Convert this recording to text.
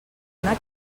una